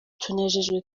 tunejejwe